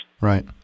Right